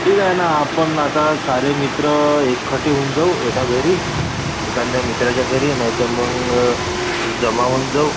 ठीक आहे ना आपण आता सारे मित्र एखट्टेहून जाऊ एका घरी एखाद्या मित्राच्या घरी नाही तर मग जमा होऊन जाऊ